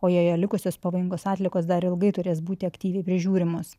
o joje likusios pavojingos atliekos dar ilgai turės būti aktyviai prižiūrimos